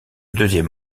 deuxième